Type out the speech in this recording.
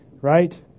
right